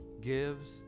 gives